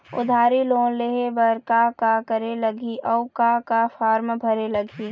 उधारी लोन लेहे बर का का करे लगही अऊ का का फार्म भरे लगही?